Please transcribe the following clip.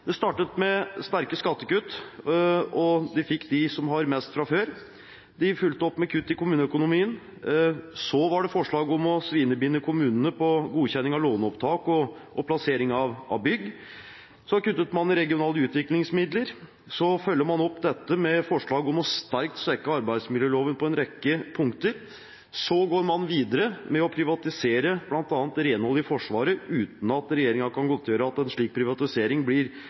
Det startet med sterke skattekutt, og de fikk, de som har mest fra før. Man fulgte opp med kutt i kommuneøkonomien. Så var det forslag om å svinebinde kommunene på godkjenning av låneopptak og plassering av bygg. Så kuttet man i regionale utviklingsmidler. Så følger man opp dette med forslag om sterkt å svekke arbeidsmiljøloven på en rekke punkter. Så går man videre med å privatisere bl.a. renhold i Forsvaret uten at regjeringen kan godtgjøre at en slik privatisering blir